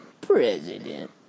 president